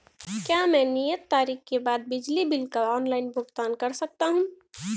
क्या मैं नियत तारीख के बाद बिजली बिल का ऑनलाइन भुगतान कर सकता हूं?